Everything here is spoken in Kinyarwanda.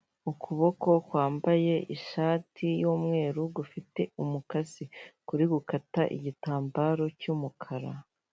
Ukuboko kwambaye ishati y'umweru gufite umukasi kuri gukata igitambaro cy'umukara.